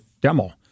demo